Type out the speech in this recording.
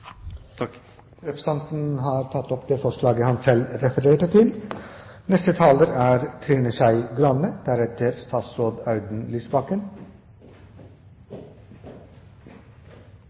Håbrekke har tatt opp det forslaget han refererte til. Det er